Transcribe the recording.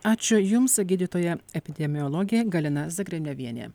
ačiū jums gydytoja epidemiologė galina zagrebnevienė